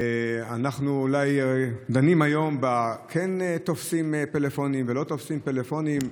אנחנו אולי דנים היום בכן תופסים פלאפונים ולא תופסים פלאפונים,